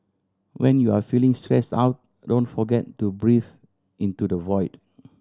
when you are feeling stressed out don't forget to breathe into the void